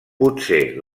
potser